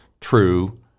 true